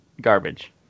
garbage